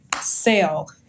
Sale